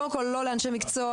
קודם כול לא לאנשי מקצוע,